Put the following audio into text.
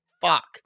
fuck